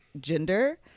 gender